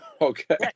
Okay